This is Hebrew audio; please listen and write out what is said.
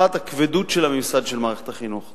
1. הכבדות של הממסד של מערכת החינוך,